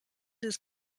des